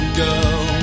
girl